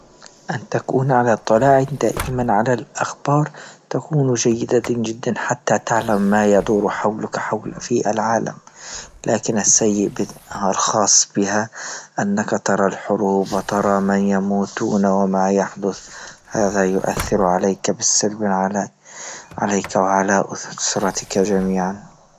أن تكون على إطلاع دائما على لأخبار تكون جيدة جدا حتى تعلم ما يدور حولك حولك في العالم، لكن السيد الخاص بها أنك ترى الحروب وترى من يموتون وما يحدث، هذا يؤثر عليك بالسلب على على عليك وعلى أسس صلتك جميعا.